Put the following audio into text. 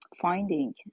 finding